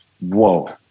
whoa